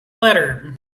letter